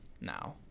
now